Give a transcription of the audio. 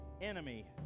enemy